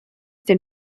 den